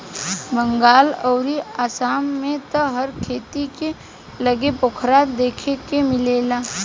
बंगाल अउरी आसाम में त हर खेत के लगे पोखरा देखे के मिलेला